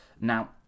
Now